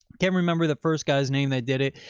can't remember the first guy's name that did it,